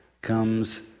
comes